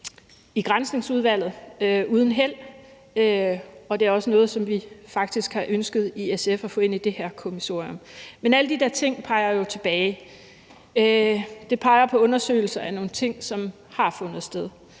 i Granskningsudvalget uden held, og det er også noget, som vi faktisk har ønsket fra SF's side at få ind i det her kommissorium. Men alle de der ting peger jo tilbage. De peger på en undersøgelse af nogle ting, som har fundet sted.